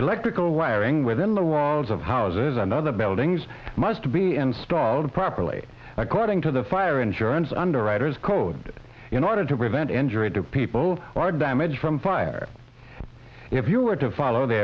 electrical wiring within the walls of houses and other buildings must be installed properly according to the fire insurance underwriters code in order to prevent injury to people or damage from fire if you were to follow the